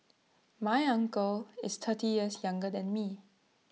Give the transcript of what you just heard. my uncle is thirty years younger than me